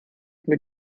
über